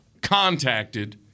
contacted